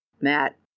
Matt